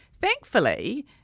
thankfully